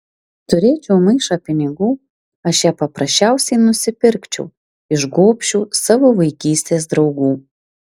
turėčiau maišą pinigų aš ją paprasčiausiai nusipirkčiau iš gobšių savo vaikystės draugų